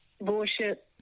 bullshit